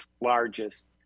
largest